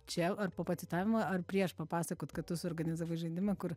čia ar po pacitavimo ar prieš papasakot kad tu suorganizavai žaidimą kur